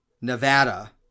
Nevada